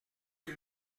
qui